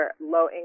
low-income